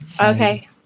Okay